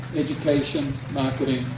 education, marketing,